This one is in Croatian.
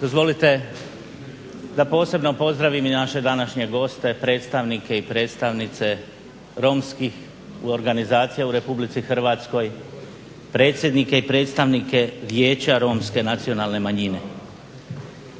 Dozvolite da posebno pozdravim i naše današnje goste predstavnike i predstavnice Romskih organizacija u Republici Hrvatskoj, predsjednike i predstavnike Vijeća romske nacionalne manjine.